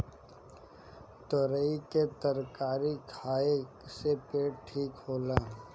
तुरई के तरकारी खाए से पेट ठीक रहेला